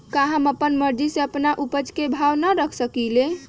का हम अपना मर्जी से अपना उपज के भाव न रख सकींले?